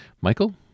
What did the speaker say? Michael